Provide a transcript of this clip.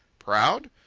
proud?